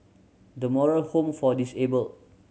The Moral Home for Disabled